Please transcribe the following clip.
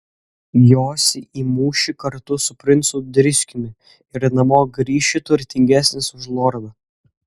josi į mūšį kartu su princu driskiumi ir namo grįši turtingesnis už lordą